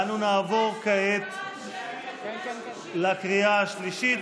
ואנו נעבור כעת לקריאה השלישית,